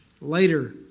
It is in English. Later